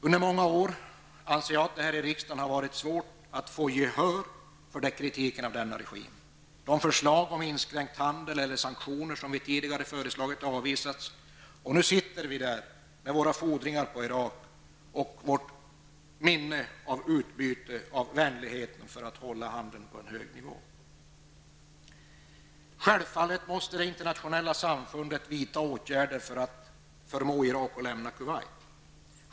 Under många år anser jag att det här i riksdagen har varit svårt att få gehör för kritik av denna regim. De förslag om inskränkt handel eller sanktioner som vi tidigare föreslagit har avvisats. Nu sitter vi där med våra fordringar på Irak och vårt minne av utbyte av vänligheter för att hålla handeln på en hög nivå. Självfallet måste det internationella samfundet vidta åtgärder för att förmå Irak att lämna Kuwait.